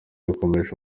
yakomeje